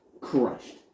crushed